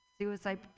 suicide